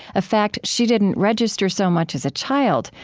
a fact she didn't register so much as a child,